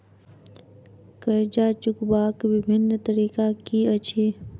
कर्जा चुकबाक बिभिन्न तरीका की अछि?